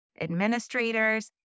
administrators